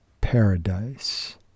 Paradise